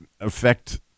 affect